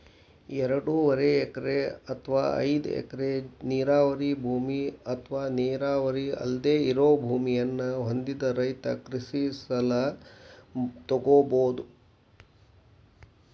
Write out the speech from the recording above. ಎರಡೂವರೆ ಎಕರೆ ಅತ್ವಾ ಐದ್ ಎಕರೆ ನೇರಾವರಿ ಭೂಮಿ ಅತ್ವಾ ನೇರಾವರಿ ಅಲ್ದೆ ಇರೋ ಭೂಮಿಯನ್ನ ಹೊಂದಿದ ರೈತ ಕೃಷಿ ಸಲ ತೊಗೋಬೋದು